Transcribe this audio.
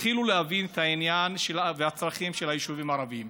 התחילו להבין את העניין והצרכים של היישובים הערביים.